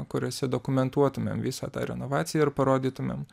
kuriose dokumentuotumėm visą tą renovaciją ir parodytumėm